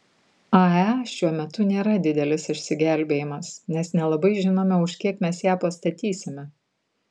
ae šiuo metu nėra didelis išsigelbėjimas nes nelabai žinome už kiek mes ją pastatysime